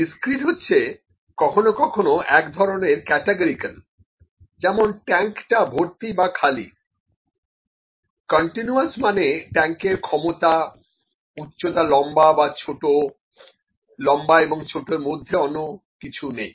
discrete হচ্ছে কখনো কখনো এক ধরনের ক্যাটেগরিকাল যেমন ট্যাঙ্কটা ভর্তি বা খালি কন্টিনিউয়াস মানে ট্যাঙ্কের ক্ষমতা উচ্চতা লম্বা বা ছোট লম্বা এবং ছোট এর মধ্যে অন্য কিছু নেই